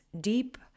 deep